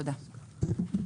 תודה.